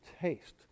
taste